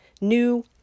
New